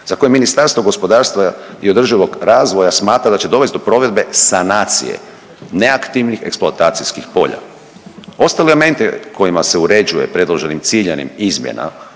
za koje Ministarstvo gospodarstva i održivog razvoja smatra da će dovesti do provedbe sanacije neaktivnih eksploatacijskih polja. Ostali elementi kojima se uređuje predloženim ciljanim izmjenama